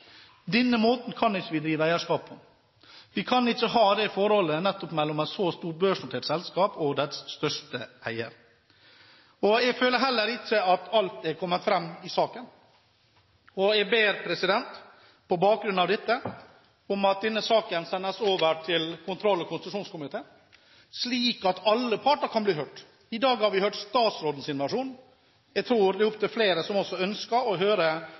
Denne måten kan vi ikke drive eierskap på. Vi kan ikke ha dette forholdet mellom et så stort børsnotert selskap og dets største eier. Jeg føler heller ikke at alt er kommet fram i saken. På bakgrunn av dette ber jeg om at denne saken sendes over til kontroll- og konstitusjonskomiteen, slik at alle parter kan bli hørt. I dag har vi hørt statsrådens versjon. Jeg tror det er opptil flere som ønsker å høre